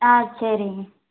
ஆ சரிங்க